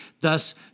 thus